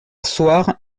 soir